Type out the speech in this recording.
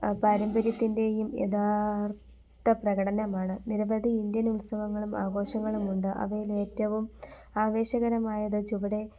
പാരമ്പര്യത്തിൻറ്റേയും യഥാർത്ഥ പ്രകടനമാണ് നിരവധി ഇന്ത്യൻ ഉത്സവങ്ങളും ആഘോഷങ്ങളുമുണ്ട് അവയിലേറ്റവും ആവേശകരമായത് ചുവടെ